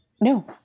no